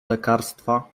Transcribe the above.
lekarstwa